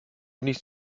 nicht